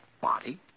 Body